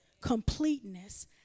completeness